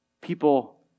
People